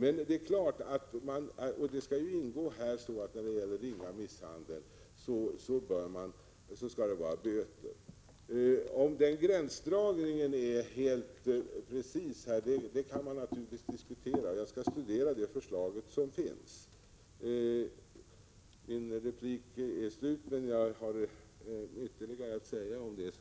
Men det är klart att när det gäller ringa misshandel, vilket skall ingå i detta förslag, skall det vara böter. Om den gränsdragningen är helt precis kan man naturligtvis diskutera. Jag skall studera det förslag som finns. Min repliktid är slut, men jag har mer att säga om det